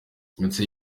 ndetse